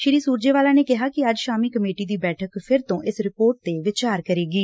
ਸ਼੍ਰੀ ਸੁਰਜੇਵਾਲਾ ਨੇ ਕਿਹਾ ਕਿ ਅੱਜ ਸ਼ਾਮੀ ਕਮੇਟੀ ਦੀ ਬੈਠਕ ਫਿਰ ਇਸ ਰਿਪੋਰਟ 'ਤੇ ਵਿਚਾਰ ਕਰੇਗੀ